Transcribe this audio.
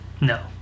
No